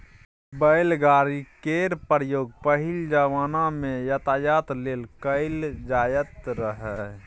बैलगाड़ी केर प्रयोग पहिल जमाना मे यातायात लेल कएल जाएत रहय